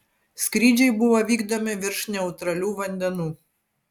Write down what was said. skrydžiai buvo vykdomi virš neutralių vandenų